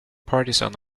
partisan